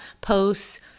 posts